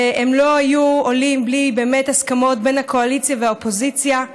והם לא היו עולים בלי הסכמות בין הקואליציה לאופוזיציה,